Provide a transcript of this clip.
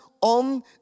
on